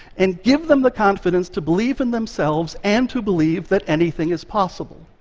and give them the confidence to believe in themselves and to believe that anything is possible,